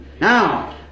Now